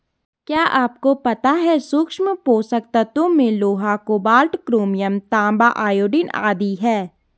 क्या आपको पता है सूक्ष्म पोषक तत्वों में लोहा, कोबाल्ट, क्रोमियम, तांबा, आयोडीन आदि है?